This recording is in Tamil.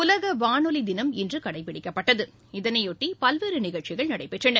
உலக வானொலி தினம் இன்று கடைப்பிடிக்கப்பட்டது இதனையொட்டி பல்வேறு நிகழ்ச்சிகள் நடைபெற்றன